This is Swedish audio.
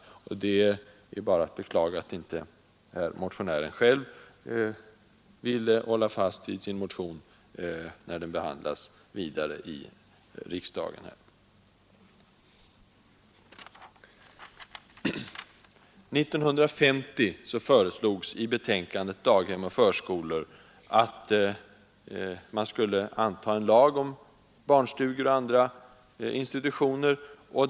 — Det är bara att beklaga att motionären själv inte ville hålla fast vid sin motion när den behandlas vidare i riksdagen. År 1950 föreslogs i betänkandet Daghem och förskolor att man skulle anta en lag om barnstugor och andra institutioner.